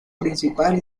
principal